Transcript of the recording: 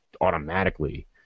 automatically